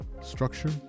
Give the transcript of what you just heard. structure